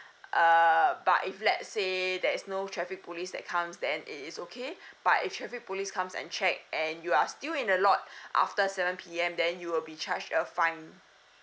err but if let's say there's no traffic police that comes then it is okay but if traffic police comes and check and you are still in the lot after seven P_M then you will be charged a fine